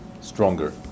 stronger